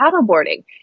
paddleboarding